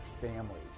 families